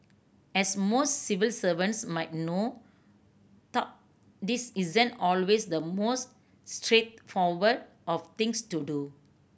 as most civil servants might know this isn't always the most straightforward of things to do